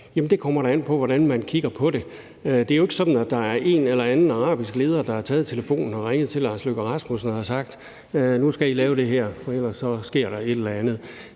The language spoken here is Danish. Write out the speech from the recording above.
det kommer da an på, hvordan man kigger på det. Det er jo ikke sådan, at der er en eller anden arabisk leder, der har taget telefonen og ringet til udenrigsministeren og sagt: Nu skal I lave det her, for ellers sker der et eller andet.